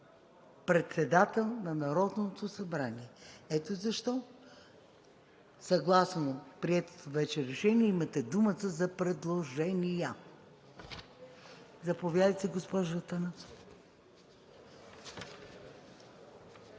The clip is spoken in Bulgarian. председател на Народното събрание. Ето защо съгласно приетото вече решение имате думата за предложения. Заповядайте, госпожо Атанасова.